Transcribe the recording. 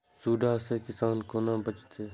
सुंडा से किसान कोना बचे?